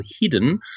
hidden